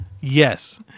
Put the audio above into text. Yes